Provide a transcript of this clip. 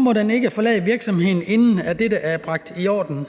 må køretøjet ikke forlade virksomheden, inden dette er bragt i orden.